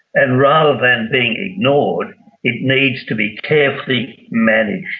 and rather than being ignored it needs to be carefully managed.